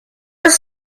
was